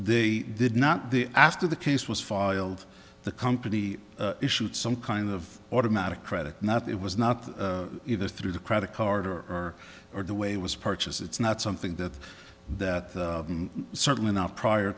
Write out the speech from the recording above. they did not the after the case was filed the company issued some kind of automatic credit not it was not either through the credit card or or the way it was purchased it's not something that that certainly not prior